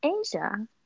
Asia